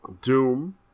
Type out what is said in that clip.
Doom